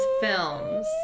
films